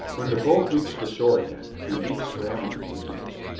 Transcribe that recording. when the boat reached the shore again he leaped scrambling to the beach,